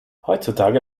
heutzutage